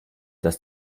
dass